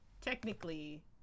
technically